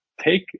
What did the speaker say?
take